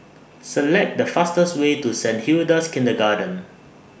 Select The fastest Way to Saint Hilda's Kindergarten